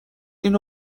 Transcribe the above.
اینو